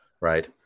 right